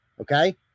Okay